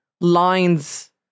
lines